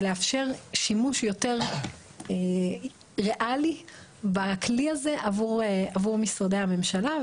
לאפשר שימוש יותר ריאלי בכלי הזה עבור משרדי הממשלה.